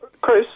Chris